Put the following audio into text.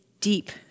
deep